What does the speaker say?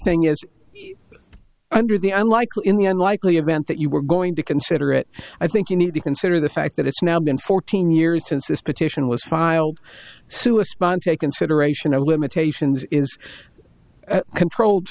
thing is under the unlikely in the unlikely event that you were going to consider it i think you need to consider the fact that it's now been fourteen years since this petition was filed sue a sponsor a consideration of limitations is controlled